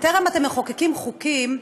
בטרם אתם מחוקקים חוקים,